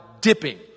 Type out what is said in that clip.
dipping